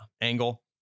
angle